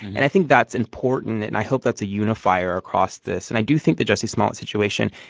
and i think that's important. and i hope that's a unifier across this. and i do think the jussie smollett situation,